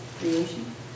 creation